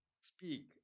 speak